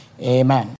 amen